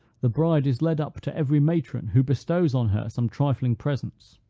the bride is led up to every matron, who bestows on her some trifling presents,